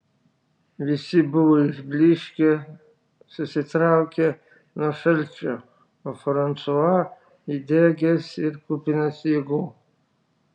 visi buvo išblyškę susitraukę nuo šalčio o fransua įdegęs ir kupinas jėgų